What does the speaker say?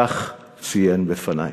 כך ציין בפני.